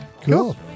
Cool